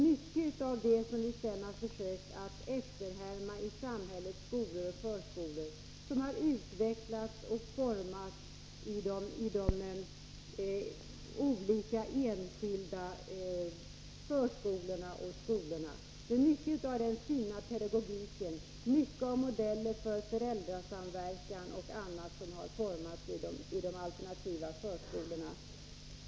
Mycket av det som vi har försökt utveckla i förskolan och skolan har utformats i de enskilda förskolorna och skolorna. En stor del av den fina pedagogiken, modeller för föräldrasamverkan och annat har formats i de alternativa förskolorna.